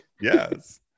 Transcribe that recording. Yes